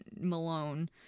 malone